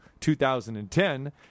2010